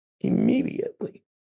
immediately